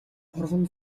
гурван